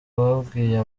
babwiye